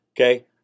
Okay